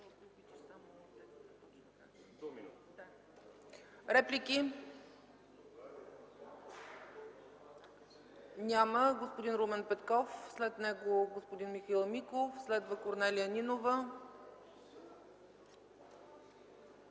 За изказване – господин Румен Петков, след него господин Михаил Миков, следва Корнелия Нинова.